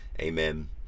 Amen